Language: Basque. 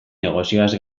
negozioaz